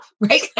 right